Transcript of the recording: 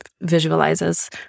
visualizes